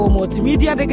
Multimedia